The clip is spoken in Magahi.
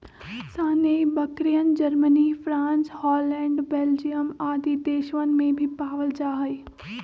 सानेंइ बकरियन, जर्मनी, फ्राँस, हॉलैंड, बेल्जियम आदि देशवन में भी पावल जाहई